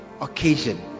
occasion